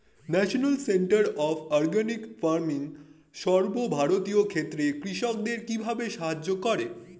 National centre of organic farming সর্বভারতীয় ক্ষেত্রে কৃষকদের কিভাবে সাহায্য করে?